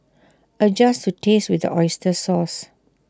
adjust to taste with the Oyster sauce